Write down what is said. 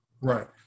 Right